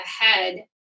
ahead